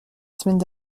semaine